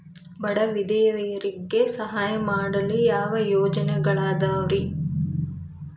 ಬಡ ವಿಧವೆಯರಿಗೆ ಸಹಾಯ ಮಾಡಲು ಯಾವ ಯೋಜನೆಗಳಿದಾವ್ರಿ?